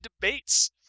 debates